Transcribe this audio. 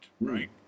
right